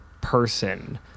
person